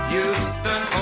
Houston